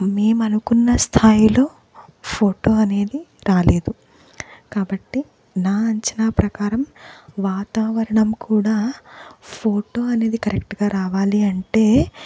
మేము అనుకున్న స్థాయిలో ఫోటో అనేది రాలేదు కాబట్టి నా అంచనా ప్రకారం వాతావరణం కూడా ఫోటో అనేది కరెక్ట్గా రావాలి అంటే